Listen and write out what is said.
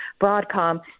Broadcom